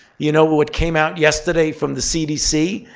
you know what what came out yesterday from the cdc?